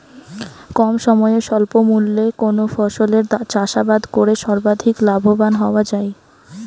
কম সময়ে স্বল্প মূল্যে কোন ফসলের চাষাবাদ করে সর্বাধিক লাভবান হওয়া য়ায়?